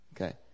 okay